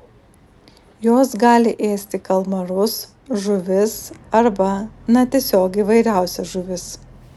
jos gali ėsti kalmarus žuvis arba na tiesiog įvairiausias žuvis